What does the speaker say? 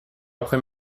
après